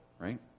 right